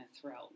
throughout